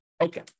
Okay